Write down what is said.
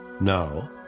Now